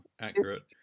accurate